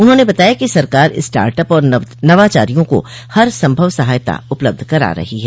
उन्होंने बताया कि सरकार स्टार्टअप और नवाचारियों को हर संभव सहायता उपलब्ध करा रही है